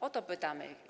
O to pytamy.